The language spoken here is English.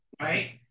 right